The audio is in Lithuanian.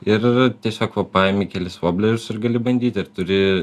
ir tiesiog va paimi kelis voblerius ir gali bandyti ir turi